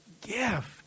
gift